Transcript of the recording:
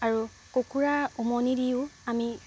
আৰু কুকুৰা উমনি দিও আমি